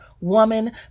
woman